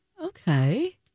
Okay